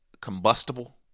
combustible